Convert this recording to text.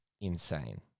insane